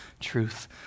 truth